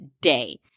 Day